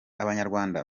abanyarwanda